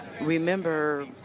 remember